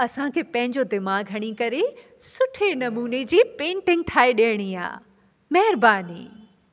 असांखे पंहिंजो दिमाग़ हणी करे सुठे नमूने जी पेंटिंग ठाहे ॾियणी आहे महिरबानी